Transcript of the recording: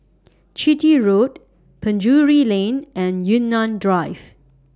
Chitty Road Penjuru Lane and Yunnan Drive